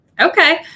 okay